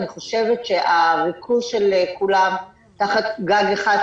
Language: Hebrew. אני חושבת שהריכוז של כולם תחת גג אחד,